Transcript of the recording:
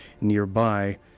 nearby